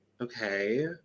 Okay